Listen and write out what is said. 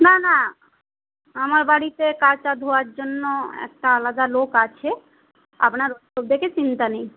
না না আমার বাড়িতে কাচা ধোয়ার জন্য একটা আলাদা লোক আছে আপনার ওদিকে চিন্তা নেই